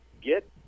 get